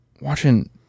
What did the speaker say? watching